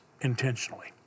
intentionally